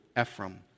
Ephraim